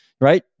Right